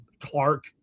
Clark